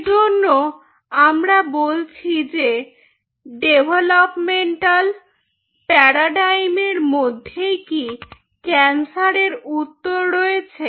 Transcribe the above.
এজন্যে আমরা বলছি যে ডেভেলপমেন্টাল প্যারাডাইম এরমধ্যেই কি ক্যান্সারের উত্তর রয়েছে